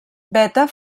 beta